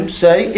say